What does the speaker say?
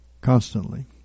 constantly